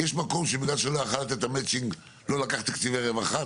יש מקום שבגלל שלא יכל לתת את המצ'ינג לא לקח תקציבי רווחה.